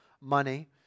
money